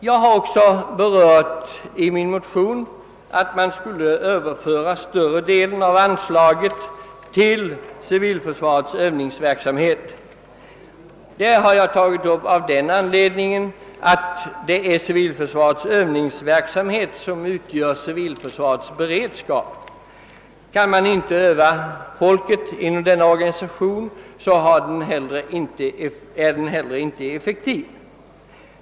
Jag har också i min motion anfört att man borde överföra större delen av anslaget till civilförsvarets övningsverksamhet. Jag har tagit upp den frågan av den anledningen att det är civilförsvarets övningsverksamhet som utgör dess beredskap. Kan man inte öva folket inom denna organisation är den inte heller effektiv.